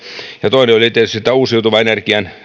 toinen oli tietysti tämä uusiutuvan energian